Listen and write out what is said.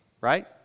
Right